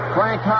Frank